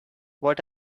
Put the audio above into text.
what